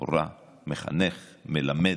מחנך, מלמד,